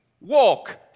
walk